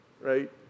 Right